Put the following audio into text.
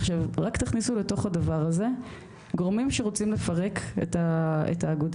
עכשיו רק תכניסו לתוך הדבר הזה גורמים שרוצים לפרק את האגודה.